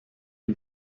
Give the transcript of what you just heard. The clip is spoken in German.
die